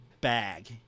bag